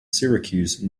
syracuse